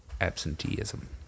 absenteeism